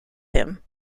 him